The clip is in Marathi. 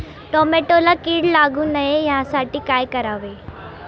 टोमॅटोला कीड लागू नये यासाठी काय करावे?